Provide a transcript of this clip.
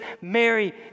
Mary